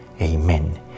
Amen